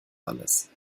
alles